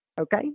Okay